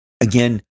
Again